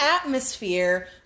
atmosphere